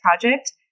project